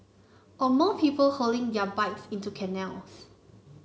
or more people hurling their bikes into canals